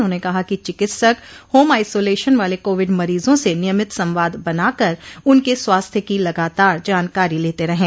उन्होंने कहा कि चिकित्सक होम आइसोलेशन वाले कोविड मरीजों से नियमित संवाद बनाकर उनके स्वास्थ्य की लगातार जानकारी लेते रहें